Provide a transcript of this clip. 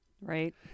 right